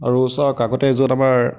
আৰু চাওক আগতে য'ত আমাৰ